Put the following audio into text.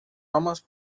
homes